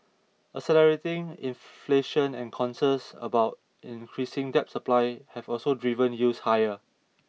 accelerating inflation and concerns about increasing debt supply have also driven yields higher